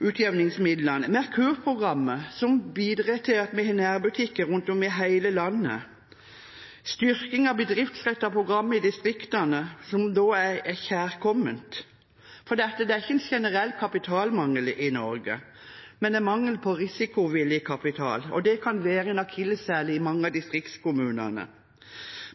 utjevningsmidlene. Vi har Merkur-programmet, som bidrar til at vi har nærbutikker rundt om i hele landet. Vi har en styrking av bedriftsrettede program i distriktene, som er kjærkomment. Det er ikke en generell kapitalmangel i Norge, men det er mangel på risikovillig kapital. Det kan være en akilleshæl i mange av distriktskommunene.